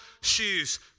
shoes